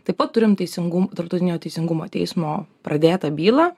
taip pat turim teisingum tarptautinio teisingumo teismo pradėtą bylą